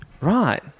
Right